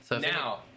Now